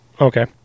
Okay